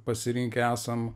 pasirinkę esam